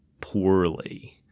poorly